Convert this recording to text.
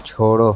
छोड़ो